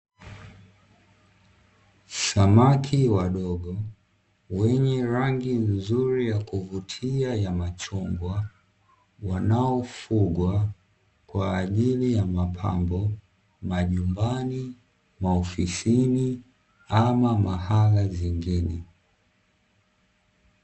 Samaki wadogo wenye rangi nzuri ya kuvutia ya machungwa wanaofugwa kwa ajili ya mapambo majumbani, maofisini ama mahala zingine.